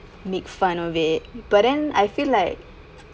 make fun of it but then I feel like